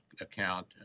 account